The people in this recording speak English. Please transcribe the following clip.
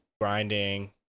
grinding